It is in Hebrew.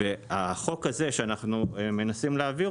החוק הזה, אותו מנסים להעביר,